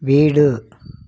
வீடு